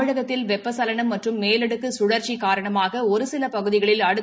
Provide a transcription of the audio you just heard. தமிழகத்தில் வெப்பசலளம் மற்றும் மேலடுக்கு சுழற்சி காரணமாக ஒரு சில பகுதிகளில் அடுத்த